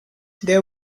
there